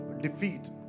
defeat